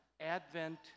Advent